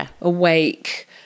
awake